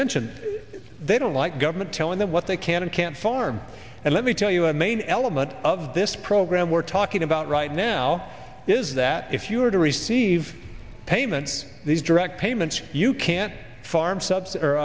mentioned they don't like government telling them what they can and can't farm and let me tell you a main element of this program we're talking about right now is that if you were to receive payments these direct payments you can't farm subs